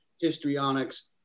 histrionics